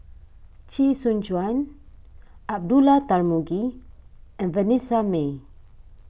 Chee Soon Juan Abdullah Tarmugi and Vanessa Mae